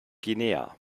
guinea